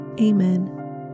Amen